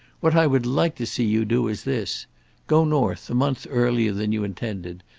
what i would like to see you do is this go north a month earlier than you intended,